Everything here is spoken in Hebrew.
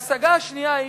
וההשגה השנייה היא